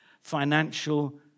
financial